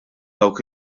dawn